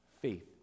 Faith